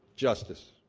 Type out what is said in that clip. justice.